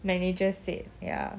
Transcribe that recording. manager said ya